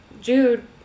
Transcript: Jude